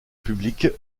public